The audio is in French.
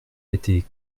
était